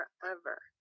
forever